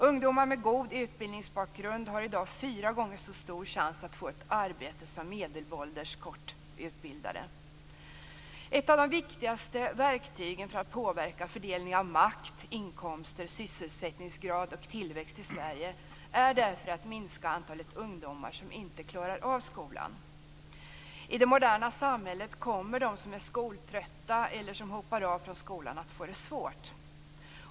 Ungdomar med god utbildningsbakgrund har i dag fyra gånger så stor chans att få ett arbete som medelålders kortutbildade. Ett av de viktigaste verktygen för att påverka fördelning av makt, inkomster, sysselsättningsgrad och tillväxt i Sverige är därför att minska antalet ungdomar som inte klarar av skolan. I det moderna samhället kommer de som är skoltrötta eller som hoppar av från skolan att få det svårt.